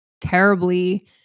terribly